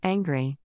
Angry